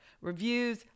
Reviews